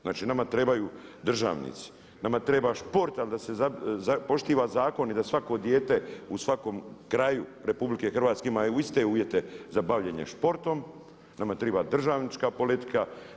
Znači nama trebaju državnici, nama treba šport ali da se poštuje zakon i da svako dijete u svakom kraju RH ima iste uvjete za bavljenje športom, nama treba državnička politika.